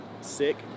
sick